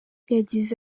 yagize